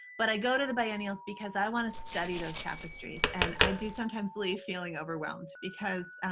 but i go to the biennials because i want to study those tapestries. and i do sometimes leave feeling overwhelmed because